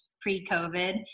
pre-COVID